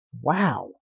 wow